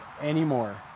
anymore